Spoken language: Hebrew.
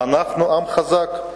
ואנחנו עם חזק.